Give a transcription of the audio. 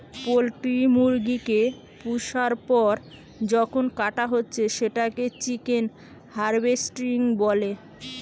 poultry মুরগি কে পুষার পর যখন কাটা হচ্ছে সেটাকে চিকেন হার্ভেস্টিং বলে